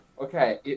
Okay